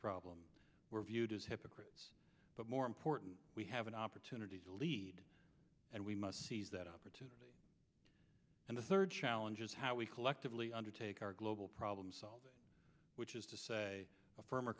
problem we're viewed as hypocrites but more important we have an opportunity lead and we must seize that opportunity and the third challenge is how we collectively undertake our global problem solving which is to say a firmer